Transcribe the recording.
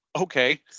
Okay